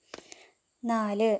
നാല്